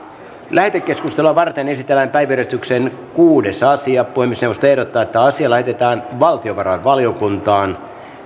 lähetekeskustelua varten esitellään päiväjärjestyksen kuudes asia puhemiesneuvosto ehdottaa että asia lähetetään valtiovarainvaliokuntaan